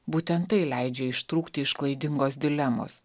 būtent tai leidžia ištrūkti iš klaidingos dilemos